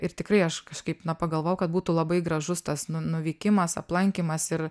ir tikrai aš kažkaip na pagalvojau kad būtų labai gražus tas nu nuvykimas aplankymas ir